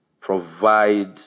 provide